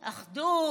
אחדות,